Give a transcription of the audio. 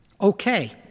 Okay